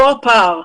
כאן הפער.